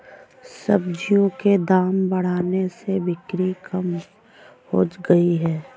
सब्जियों के दाम बढ़ने से बिक्री कम हो गयी है